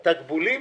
תקבולים?